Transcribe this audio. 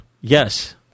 Yes